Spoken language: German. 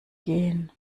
gehen